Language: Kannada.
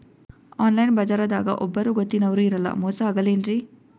ಆನ್ಲೈನ್ ಬಜಾರದಾಗ ಒಬ್ಬರೂ ಗೊತ್ತಿನವ್ರು ಇರಲ್ಲ, ಮೋಸ ಅಗಲ್ಲೆನ್ರಿ?